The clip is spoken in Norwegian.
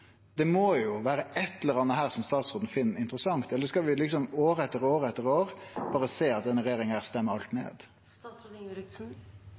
Det må jo vere eitt eller anna her som statsråden finn interessant, eller skal vi år etter år etter år berre sjå at denne regjeringa stemmer alt